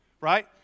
right